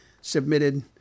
submitted